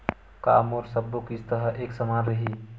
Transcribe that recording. का मोर सबो किस्त ह एक समान रहि?